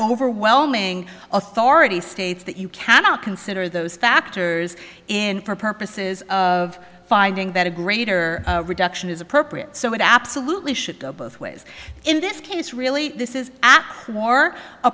overwhelming authority states that you cannot consider those factors in for purposes of finding that a greater reduction is appropriate so it absolutely should go both ways in this case really this is